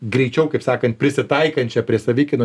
greičiau kaip sakant prisitaikančią prie savikainos